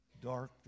dark